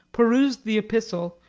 perused the epistle,